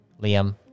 Liam